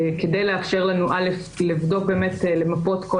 כדי לאפשר לנו א' לבדוק באמת למפות כל